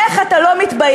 איך אתה לא מתבייש?